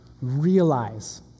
Realize